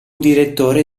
direttore